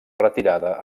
retirada